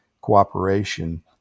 cooperation